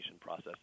process